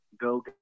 Go